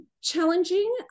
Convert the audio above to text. challenging